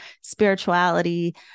spirituality